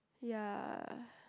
ya